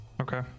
Okay